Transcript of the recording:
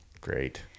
Great